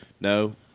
No